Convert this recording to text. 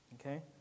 Okay